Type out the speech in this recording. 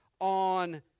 on